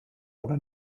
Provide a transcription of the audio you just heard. oder